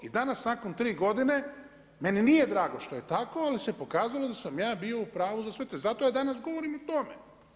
I danas nakon 3 godine, meni nije drago što je tako, ali se pokazalo da sam ja bio u pravu za sve to, zato ja danas govorim o tome.